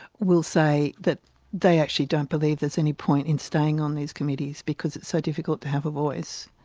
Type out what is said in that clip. will say that they actually don't believe there's any point in staying on these committees because it's so difficult to have a voice.